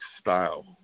style